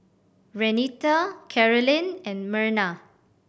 Renita Karolyn and Merna